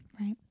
Right